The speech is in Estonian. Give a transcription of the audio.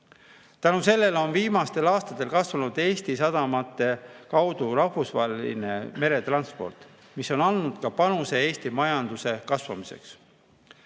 Tänu sellele on viimastel aastatel kasvanud Eesti sadamate kaudu [liikuv] rahvusvaheline meretransport, mis on andnud panuse Eesti majanduse kasvamiseks. Praegu